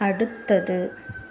அடுத்தது